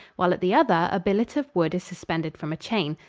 while at the other a billet of wood is suspended from a chain.